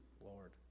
Lord